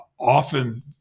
often